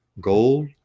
gold